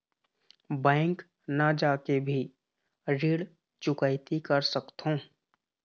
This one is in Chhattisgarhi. बैंक न जाके भी ऋण चुकैती कर सकथों?